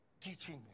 Teaching